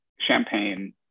champagne